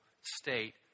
state